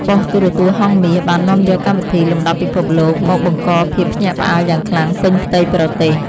ប៉ុស្តិ៍ទូរទស្សន៍ហង្សមាសបាននាំយកកម្មវិធីលំដាប់ពិភពលោកមកបង្កភាពភ្ញាក់ផ្អើលយ៉ាងខ្លាំងពេញផ្ទៃប្រទេស។